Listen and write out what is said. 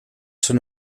schon